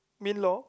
mean law